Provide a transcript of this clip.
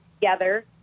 together